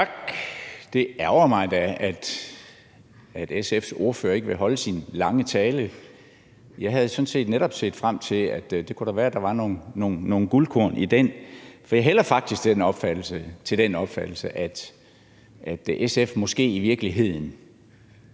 Tak. Det ærgrer mig da, at SF's ordfører ikke vil holde sin lange tale. Jeg havde sådan set netop set frem til, at der kunne være nogle guldkorn i den, for jeg hælder faktisk til den opfattelse, at SF måske i virkeligheden